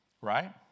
Right